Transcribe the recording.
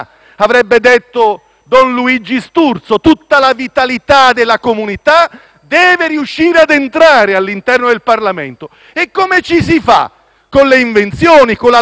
riesca ad entrare all'interno del Parlamento. E come lo si fa? Con le invenzioni o con la lampada di Aladino? Forse con l'inganno, con una forzatura o con i calci